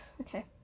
Okay